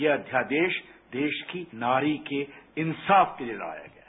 ये अध्यादेश देश की नारी के इसाफ के लिए लाया गया है